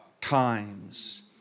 times